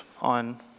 on